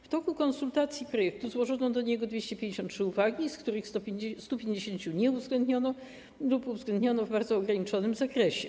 W toku konsultacji projektu złożono do niego 253 uwagi, z których 150 nie uwzględniono lub uwzględniono w bardzo ograniczonym zakresie.